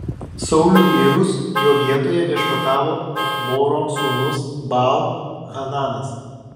sauliui mirus jo vietoje viešpatavo achboro sūnus baal hananas